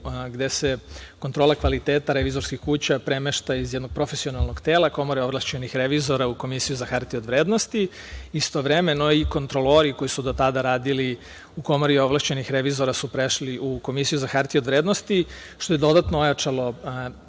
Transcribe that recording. gde se kontrola kvaliteta revizorskih kuća premešta iz jednog profesionalnog tela, iz Komore ovlašćenih revizora u Komisiju za hartije od vrednosti. Istovremeno i kontrolori koji su do tada radili komori ovlašćenih revizora su prešli u Komisiju za hartije od vrednosti, što je dodatno ojačalo